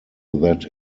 that